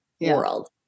world